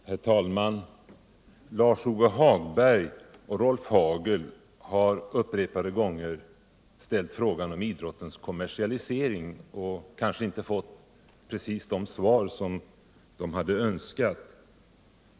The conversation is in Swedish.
Herr talman! Lars-Ove Hagberg och Rolf Hagel har upprepade gånger ställt frågor om idrottens kommersialisering, men de har kanske inte fått precis de svar de hade önskat.